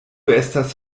estas